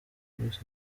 byose